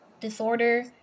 disorder